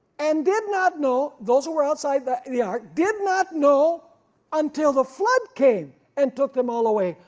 and did not know, those who were outside the ark, did not know until the flood came and took them all away,